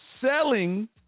selling